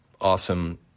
awesome